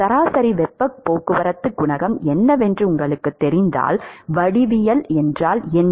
சராசரி வெப்பப் போக்குவரத்து குணகம் என்னவென்று உங்களுக்குத் தெரிந்தால் வடிவியல் என்றால் என்ன